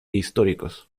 históricos